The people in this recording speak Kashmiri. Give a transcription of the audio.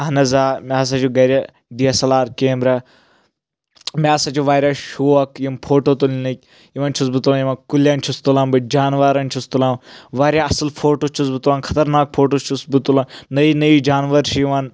اَہَن حظ آ مےٚ ہَسا چھُ گرِ DSLR camera مےٚ ہسا چھُ واریاہ شوق یِم فوٹو تُلنٕکۍ یِمَن چھُس بہٕ تُلان یِمَن کُلؠن چھُس تُلان بہٕ جاناوارَن چھُس تُلان واریاہ اَصٕل فوٹو چھُس بہٕ تُلان خطرناک فوٹوز چھُس بہٕ تُلان نٔے نٔے جاناوار چھِ یِوان